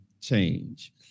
Change